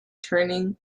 turning